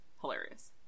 hilarious